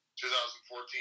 2014